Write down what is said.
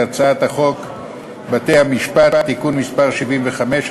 את הצעת חוק בתי-המשפט (תיקון מס' 75),